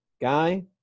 guy